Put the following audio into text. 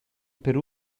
per